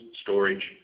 storage